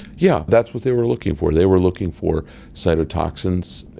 yeah that's what they were looking for, they were looking for cytotoxins.